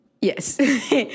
Yes